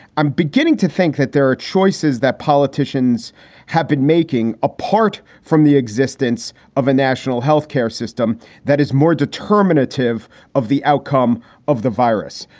i'm beginning to think that there are choices that politicians have been making apart from the existence of a national health care system that is more determinative of the outcome of the virus.